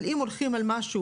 אבל אם הולכים על משהו